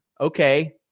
okay